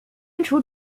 删除